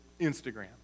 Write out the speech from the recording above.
instagram